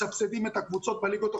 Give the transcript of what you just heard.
מסבסדים את הקבוצות בליגות החובבניות,